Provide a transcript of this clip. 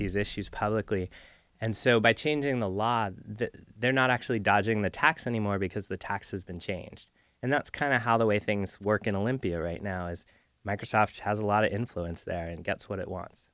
these issues publicly and so by changing the law they're not actually dodging the tax anymore because the tax has been changed and that's kind of how the way things work in olympia right now is microsoft has a lot of influence there and gets what it wa